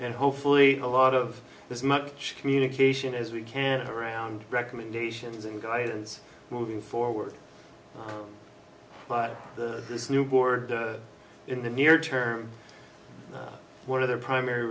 and hopefully a lot of this much communication is we can't around recommendations and guidance moving forward but this new board in the near term one of their primary